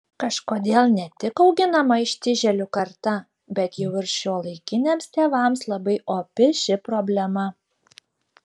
kažkodėl ne tik auginama ištižėlių karta bet jau ir šiuolaikiniams tėvams labai opi ši problema